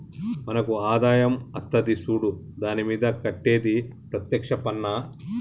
మనకు ఆదాయం అత్తది సూడు దాని మీద కట్టేది ప్రత్యేక్ష పన్నా